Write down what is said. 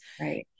Right